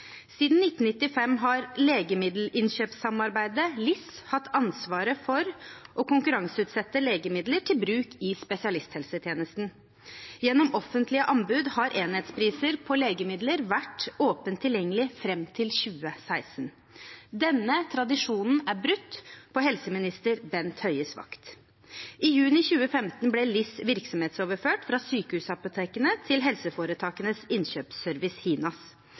Siden 1995 har legemiddelinnkjøpssamarbeidet, LIS, hatt ansvaret for å konkurranseutsette legemidler til bruk i spesialisthelsetjenesten. Gjennom offentlige anbud har enhetspriser på legemidler vært åpent tilgjengelig fram til 2016. Denne tradisjonen er brutt på helseminister Bent Høies vakt. I juni 2015 ble LIS virksomhetsoverført fra Sykehusapotekene til Helseforetakenes Innkjøpsservice, HINAS.